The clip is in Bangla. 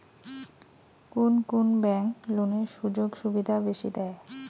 কুন কুন ব্যাংক লোনের সুযোগ সুবিধা বেশি দেয়?